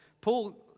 Paul